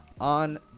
on